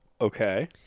okay